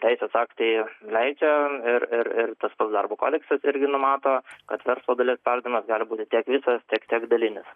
teisės aktai leidžia ir ir ir tas pats darbo kodeksas irgi numato kad verslo dalies pardavimas gali būti tiek visas tiek tiek dalinis